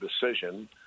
decision